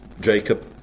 Jacob